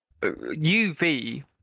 UV